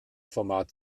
format